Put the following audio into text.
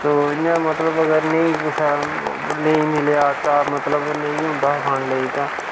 तो इ'यां मतलब अगर नेईं कुसै नेईं मिलेआ आटा मतलब नेईं होंदा खाने लेई तां